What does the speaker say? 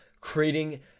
creating